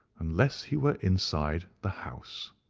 unless he were inside the house?